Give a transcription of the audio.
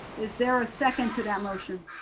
is there a second to that motion?